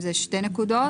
זה שתי נקודות.